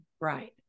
Right